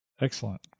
Excellent